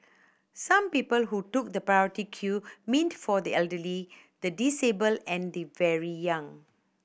some people who took the priority queue meant for the elderly the disabled and the very young